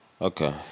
Okay